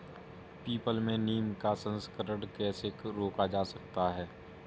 People में नीम का संकरण कैसे रोका जा सकता है?